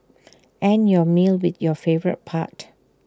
end your meal with your favourite part